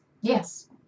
Yes